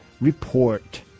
report